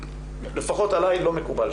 לפחות עליי לא מקובל,